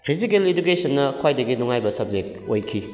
physical ꯏꯗꯨꯀꯦꯁꯟꯅ ꯈ꯭ꯋꯥꯏꯗꯒꯤ ꯅꯨꯡꯉꯥꯏꯕ ꯁꯕꯖꯦꯛ ꯑꯣꯏꯈꯤ